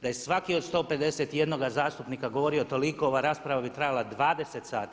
Da je svaki od 151 zastupnika govorio toliko ova rasprava bi trajala 20 sati.